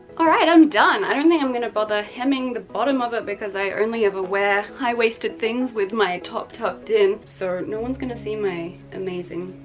all right, i'm done. i don't think i'm gonna bother hemming the bottom of it because i only ever wear high waisted things with my top tucked in. so no one's gonna see. my amazing,